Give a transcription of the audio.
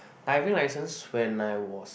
diving licence when I was